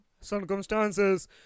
circumstances